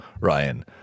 Ryan